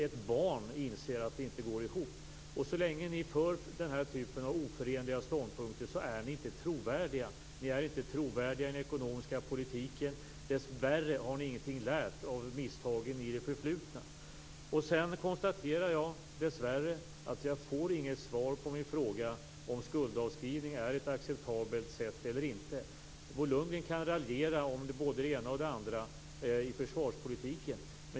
Ett barn inser att det inte går ihop. Så länge ni för den typen av oförenliga ståndpunkter är ni inte trovärdiga. Ni är inte trovärdiga i den ekonomiska politiken. Dessvärre har ni ingenting lärt av misstagen i det förflutna. Jag konstaterar dessvärre att jag inte får något svar på min fråga om skuldavskrivningar är ett acceptabelt sätt eller inte. Bo Lundgren kan raljera om både det ena och det andra i försvarspolitiken.